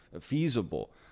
feasible